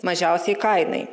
mažiausiai kainai